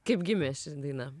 kaip gimė daina